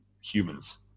humans